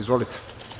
Izvolite.